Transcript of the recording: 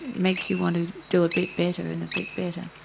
makes you want to do a bit better and a bit better.